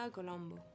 Colombo